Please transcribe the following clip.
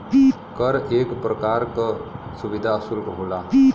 कर एक परकार का सुविधा सुल्क होला